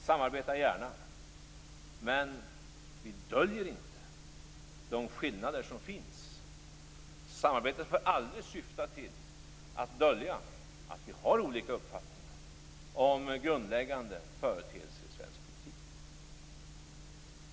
Vi samarbetar gärna, men vi döljer inte de skillnader som finns. Samarbetet får aldrig syfta till att dölja att vi har olika uppfattningar om grundläggande företeelser i svensk politik.